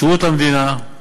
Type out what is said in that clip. שירות המדינה,